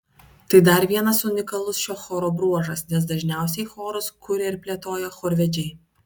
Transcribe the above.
tai dar vienas unikalus šio choro bruožas nes dažniausiai chorus kuria ir plėtoja chorvedžiai